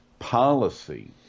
Policy